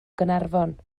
gaernarfon